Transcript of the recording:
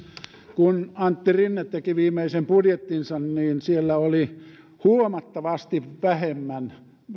kun antti rinne teki viimeisen budjettinsa siellä oli veteraanien kuntoutukseen huomattavasti vähemmän